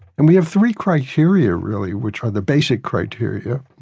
and we have three criteria really, which are the basic criteria.